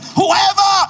whoever